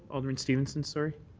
alderman stevenson, sorry.